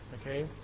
Okay